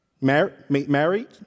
married